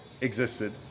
existed